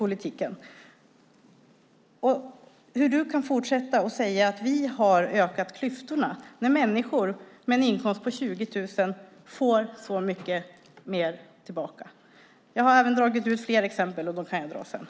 Jag förstår inte hur du kan fortsätta att säga att vi har ökat klyftorna när människor med en inkomst på 20 000 får så mycket mer tillbaka. Jag har även dragit ut fler exempel, och jag kan ta dem sedan.